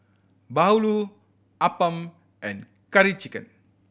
bahulu appam and Curry Chicken